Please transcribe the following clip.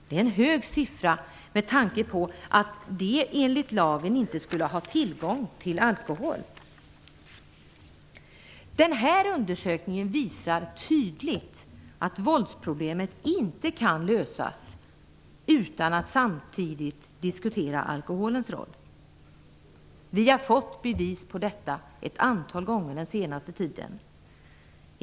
Det är en hög siffra med tanke på att de enligt lagen inte skulle ha tillgång till alkohol. Undersökningen visar tydligt att våldsproblemet inte kan lösas utan att man samtidigt diskuterar alkoholens roll. Vi har fått bevis för detta ett antal gånger den senaste tiden.